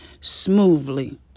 smoothly